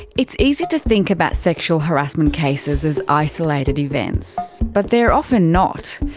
it's easy to think about sexual harassment cases as isolated events, but they're often not.